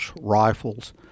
rifles